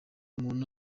umuntu